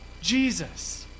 Jesus